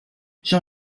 jean